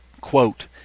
quote